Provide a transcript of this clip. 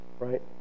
Right